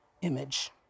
image